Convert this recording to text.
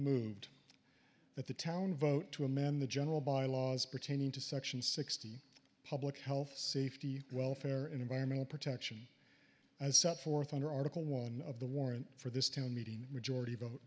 moved that the town vote to amend the general by laws pertaining to section sixty public health safety welfare and environmental protection and set forth under article one of the warrant for this to me to majority vote